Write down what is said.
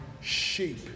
sheep